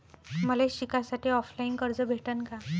मले शिकासाठी ऑफलाईन कर्ज भेटन का?